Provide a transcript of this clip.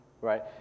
right